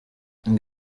ngo